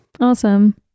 awesome